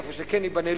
איפה שכן ייבנה,